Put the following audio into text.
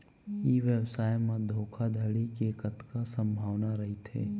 ई व्यवसाय म धोका धड़ी के कतका संभावना रहिथे?